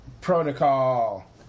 Protocol